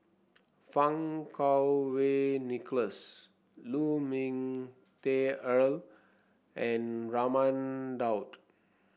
Fang Kuo Wei Nicholas Lu Ming Teh Earl and Raman Daud